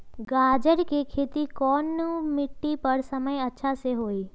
गाजर के खेती कौन मिट्टी पर समय अच्छा से होई?